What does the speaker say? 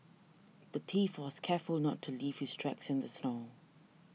the thief was careful not to leave his tracks in the snow